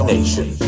Nation